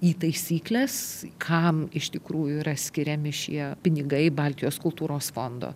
į taisykles kam iš tikrųjų yra skiriami šie pinigai baltijos kultūros fondo